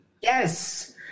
Yes